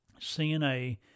CNA